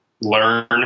learn